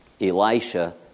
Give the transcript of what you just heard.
Elisha